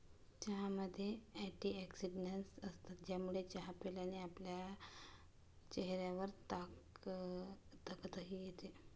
चहामध्ये अँटीऑक्सिडन्टस असतात, ज्यामुळे चहा प्यायल्याने आपल्या चेहऱ्यावर तकतकी येते